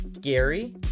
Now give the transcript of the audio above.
Gary